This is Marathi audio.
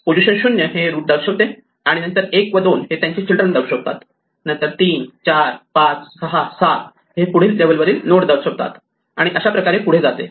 पोझिशन 0 हे रूट दर्शवते आणि नंतर 1 व 2 हे त्यांचे चिल्ड्रन दर्शवतात नंतर 3 4 5 6 7 हे पुढील लेव्हल वरील नोड दर्शवतात आणि अशाप्रकारे पुढे जाते